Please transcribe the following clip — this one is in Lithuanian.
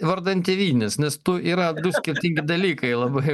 vardan tėvynės nes tų yra du skirtingi dalykai labai